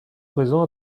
présent